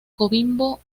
coquimbo